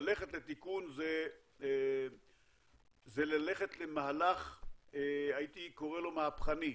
ללכת לתיקון זה ללכת למהלך, הייתי קורא לו מהפכני,